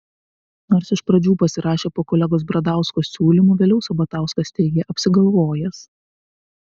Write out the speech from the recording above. nors iš pradžių pasirašė po kolegos bradausko siūlymu vėliau sabatauskas teigė apsigalvojęs